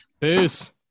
Peace